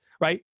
right